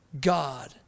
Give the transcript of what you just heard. God